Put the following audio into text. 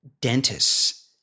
dentists